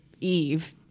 Eve